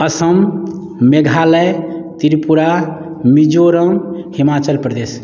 Assam Meghalaya Tripura Mizoram Himachal Pradesh